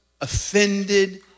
offended